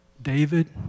David